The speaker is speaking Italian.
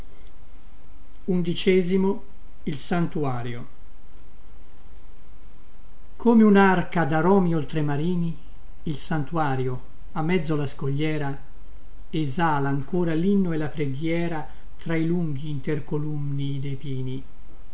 silenzio della tomba come unarca daromi oltremarini il santuario a mezzo la scogliera esala ancora linno e la preghiera tra i lunghi intercolunnii de pini